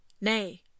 Nay